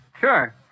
Sure